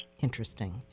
Interesting